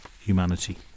humanity